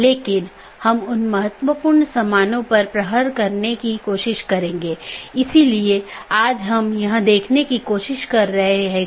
इसलिए सूचनाओं को ऑटॉनमस सिस्टमों के बीच आगे बढ़ाने का कोई रास्ता होना चाहिए और इसके लिए हम BGP को देखने की कोशिश करते हैं